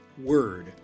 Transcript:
word